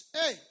Hey